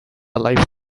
life